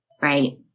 right